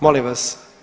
Molim vas!